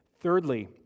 thirdly